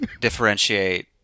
differentiate